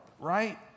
right